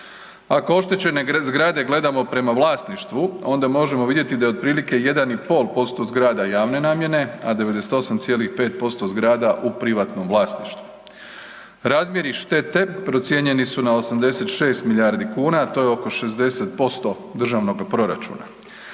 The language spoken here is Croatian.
Ako oštećene zgrade gledamo prema vlasništvu onda možemo vidjeti da je otprilike 1,5% zgrada javne namjene, a 98,5% zgrada u privatnom vlasništvu. Razmjeri štete procijenjeni su na 86 milijardi kuna, to je oko 60% državnog proračuna